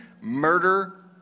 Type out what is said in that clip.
murder